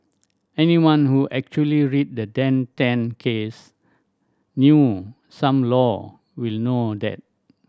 anyone who actually read the Dan Tan case knew some law will know that